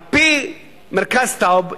על-פי מרכז טאוב,